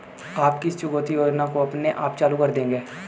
आप किस चुकौती योजना को अपने आप चालू कर देंगे?